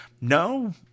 No